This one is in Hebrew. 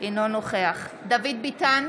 נוכח דוד ביטן,